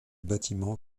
bâtiment